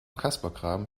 kasperkram